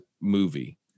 movie